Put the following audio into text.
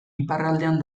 iparraldean